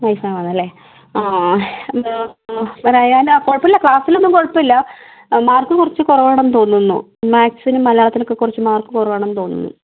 wife ആണ് വന്നതല്ലേ ആ റയാൻ കുഴപ്പമില്ല ക്ലാസ്സിൽ ഒന്നും കുഴപ്പമില്ല മാർക്ക് കുറച്ച് കുറവാണെന്ന് തോന്നുന്നു മാത്സിനും മലയാളത്തിനും ഒക്കെ കുറച്ച് മാർക്ക് കുറവാണെന്ന് തോന്നുന്നു